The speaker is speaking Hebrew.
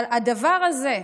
אבל הדבר הזה,